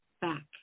back